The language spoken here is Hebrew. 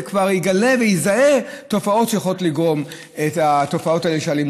וכבר יגלה ויזהה תופעות שיכולות לגרום לתופעות האלה של אלימות.